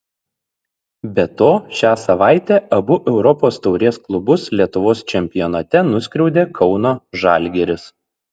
be to šią savaitę abu europos taurės klubus lietuvos čempionate nuskriaudė kauno žalgiris